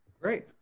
great